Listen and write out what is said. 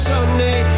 Sunday